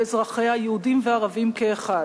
לאזרחיה היהודים והערבים כאחד,